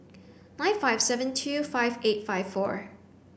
nine five seven two five eight five four